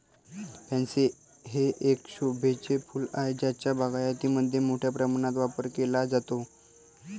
pansy हे एक शोभेचे फूल आहे ज्याचा बागायतीमध्ये मोठ्या प्रमाणावर वापर केला जातो